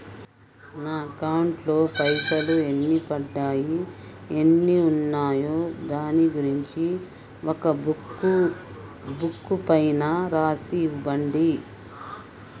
నా అకౌంట్ లో పైసలు ఎన్ని పడ్డాయి ఎన్ని ఉన్నాయో దాని గురించి ఒక బుక్కు పైన రాసి ఇవ్వండి?